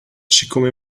siccome